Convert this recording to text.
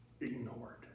ignored